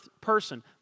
person